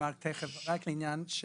של